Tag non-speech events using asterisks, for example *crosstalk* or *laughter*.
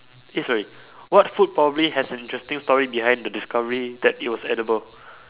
eh sorry what food probably has an interesting story behind the discovery that it was edible *breath*